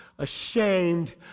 Ashamed